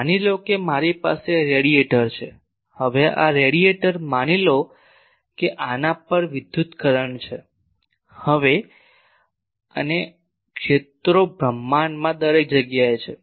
માની લો કે મારી પાસે રેડિયેટર છે હવે આ રેડિયેટર માની લો કે આના પર વિદ્યુત કરંટ છે હવે અને ક્ષેત્રો બ્રહ્માંડમાં દરેક જગ્યાએ છે